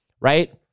right